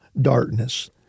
darkness